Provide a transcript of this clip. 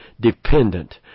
dependent